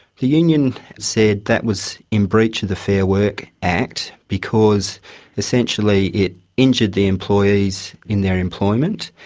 the union said that was in breach of the fair work act because essentially it injured the employees in their employment,